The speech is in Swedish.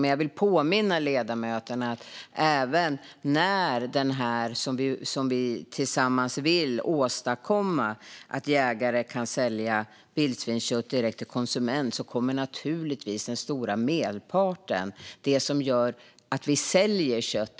Men jag vill påminna ledamöterna om att även när detta som vi tillsammans vill åstadkomma, att jägare kan sälja vildsvinskött direkt till konsument, har blivit verklighet kommer naturligtvis den stora merparten ändå att hanteras av vilthanteringsanläggningar.